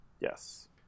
Yes